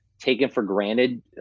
taken-for-granted